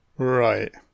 Right